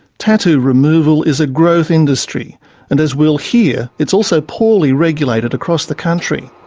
tattoo removal is a growth industry and as we'll hear it's also poorly regulated across the country.